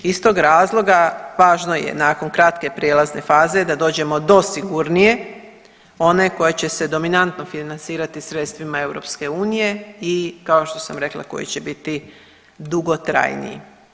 Iz tog razloga važno je nakon kratke prijelazne faze da dođemo do sigurnije, one koja će se dominantno financirati sredstvima EU i kao što sam rekla, koji će biti dugotrajniji.